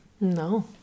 No